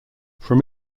from